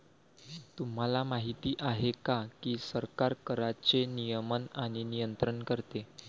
तुम्हाला माहिती आहे का की सरकार कराचे नियमन आणि नियंत्रण करते